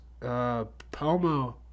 Palmo